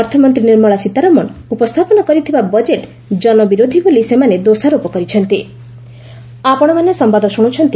ଅର୍ଥମନ୍ତ୍ରୀ ନିର୍ମଳା ସୀତାରମଣ ଉପସ୍ଥାପନ କରିଥିବା ବଜେଟ୍ ଜନବିରୋଧୀ ବୋଲି ସେମାନେ ଦୋଷାରୋପ କରିଚ୍ଛନ୍ତି